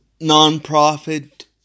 non-profit